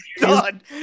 God